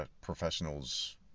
professionals